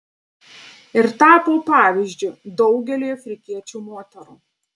ir tapo pavyzdžiu daugeliui afrikiečių moterų